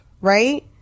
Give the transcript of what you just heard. right